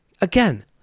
again